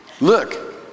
Look